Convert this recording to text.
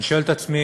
אני שואל את עצמי,